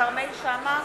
כרמל שאמה